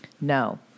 No